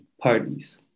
parties